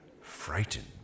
frightened